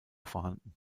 vorhanden